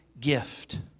gift